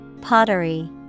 Pottery